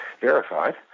verified